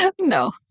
No